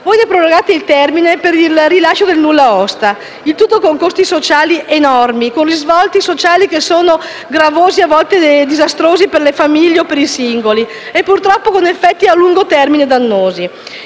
voi prorogate il termine per il rilascio del nulla osta; il tutto con costi sociali enormi, con risvolti sociali che sono gravosi e a volte disastrosi per le famiglie e per i singoli e purtroppo con effetti a lungo termine dannosi.